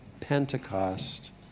Pentecost